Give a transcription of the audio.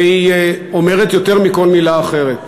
והיא אומרת יותר מכל מילה אחרת,